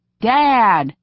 Dad